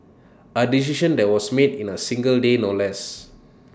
A decision that was made in A single day no less